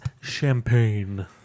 Champagne